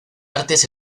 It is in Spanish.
artes